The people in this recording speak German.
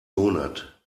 monat